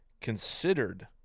considered